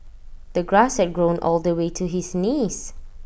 the grass had grown all the way to his knees